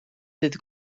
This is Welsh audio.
ddydd